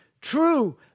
true